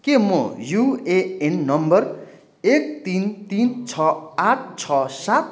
के म UAN number एक तिन तिन छ आठ छ सात